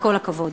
וכל הכבוד.